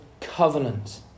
covenant